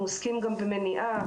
אנחנו עוסקים גם במניעה,